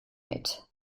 mit